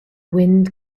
wind